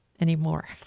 anymore